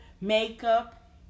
makeup